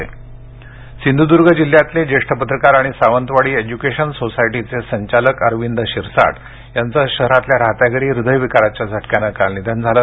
निधन सिंधुदुर्ग जिल्ह्यातले जेष्ठ पत्रकार आणि सावंतवाडी एज्युकेशन सोसायटीचे संचालक अरविंद शिरसाट यांच शहरातल्या राहत्या घरी हृदयविकाराच्या झटक्यान काल निधन झाल